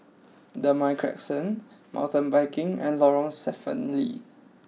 Damai Crescent Mountain Biking and Lorong Stephen Lee